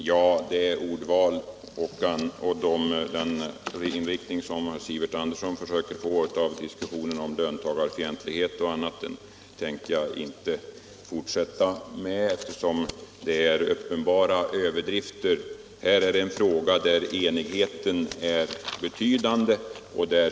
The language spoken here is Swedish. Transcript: Herr talman! Jag tänker inte fortsätta debatten med det ordval som Sivert Andersson i Stockholm här använt och inte heller med den inriktning han gett debatten när han talar om löntagarfientlighet och annat. Detta är uppenbara överdrifter. I denna fråga är enigheten betydande.